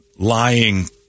lying